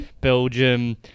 belgium